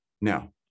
Now